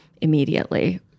immediately